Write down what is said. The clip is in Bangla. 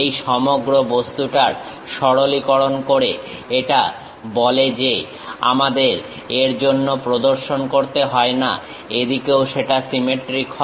এটা সমগ্র বস্তুটার সরলীকরণ করে এটা বলে যে আমাদের এর জন্য প্রদর্শন করতে হয় না এদিকেও সেটা সিমেট্রিক হয়